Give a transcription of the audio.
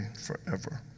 forever